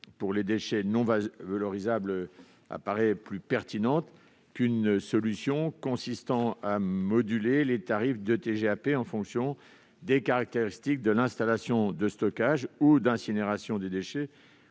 pour les déchets non valorisables me paraît plus pertinente qu'une solution consistant à moduler les tarifs de TGAP en fonction des caractéristiques de l'installation de stockage et d'incinération de ces déchets,